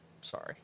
Sorry